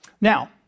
Now